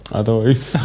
otherwise